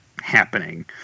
happening